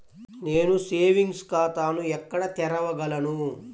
నేను సేవింగ్స్ ఖాతాను ఎక్కడ తెరవగలను?